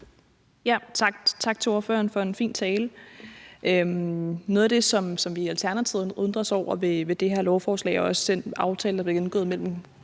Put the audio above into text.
Tak til ordføreren for en fin tale. Noget af det, som vi i Alternativet undrer os over ved det her lovforslag og også den aftale, der blev indgået mellem